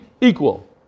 equal